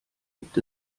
gibt